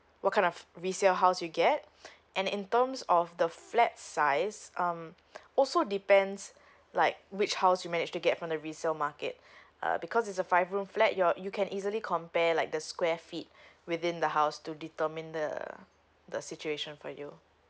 what kind of resale house you get and in terms of the flat size um also depends like which house you managed to get from the resale market uh because is a five room flat you're you can easily compare like the square feet within the house to determine the the situation for you